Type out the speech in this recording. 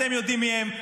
אתם יודעים מי הם,